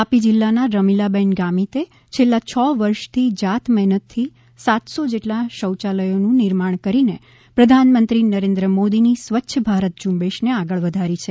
તાપી જિલ્લાના રમિલા બહેન ગામિતે છેલ્લા છ વર્ષથી જાતમહેનથી સાતસો જેટલા શૌચાલયોનું નિર્માણ કરી પ્રધાનમંત્રી નરેન્દ્ર મોદીની સ્વચ્છ ભારત ઝુંબેશને આગળ વધારી છે